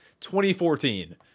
2014